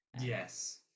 Yes